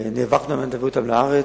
נאבקנו כדי להביא אותם לארץ.